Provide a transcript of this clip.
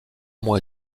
mois